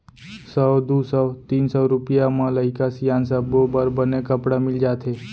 सौ, दू सौ, तीन सौ रूपिया म लइका सियान सब्बो बर बने कपड़ा मिल जाथे